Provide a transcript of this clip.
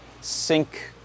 sync